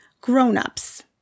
grown-ups